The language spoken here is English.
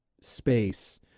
space